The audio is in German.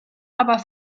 aber